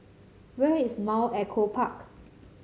where is Mount Echo Park